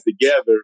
together